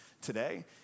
today